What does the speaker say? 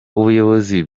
ubuyobozi